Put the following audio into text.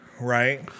Right